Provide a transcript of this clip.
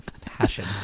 Passion